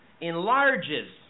enlarges